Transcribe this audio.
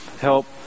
help